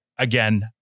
again